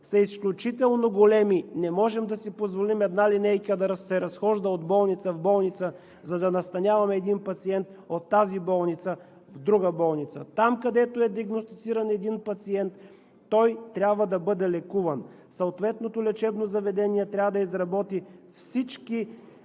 са изключително големи. Не можем да си позволим една линейка да се разхожда от болница в болница, за да настаняваме един пациент от тази болница в друга болница. Там, където е диагностициран един пациент, там трябва да бъде лекуван. Съответното лечебно заведение трябва да изработи всички